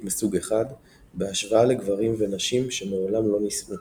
מסוג 1 בהשוואה לגברים ונשים שמעולם לא נישאו.